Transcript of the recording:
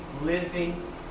living